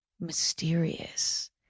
mysterious